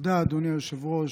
תודה, אדוני היושב-ראש.